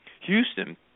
Houston